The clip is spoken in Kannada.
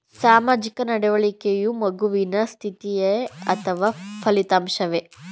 ಸಾಮಾಜಿಕ ನಡವಳಿಕೆಯು ಮಗುವಿನ ಸ್ಥಿತಿಯೇ ಅಥವಾ ಫಲಿತಾಂಶವೇ?